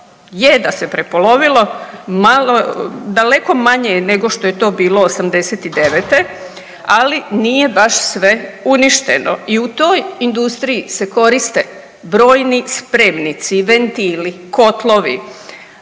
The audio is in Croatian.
Je da se prepolovilo. Daleko manje je nego što je to bilo 89., ali nije baš sve uništeno i u toj industriji se koriste brojni spremnici, ventili, kotlovi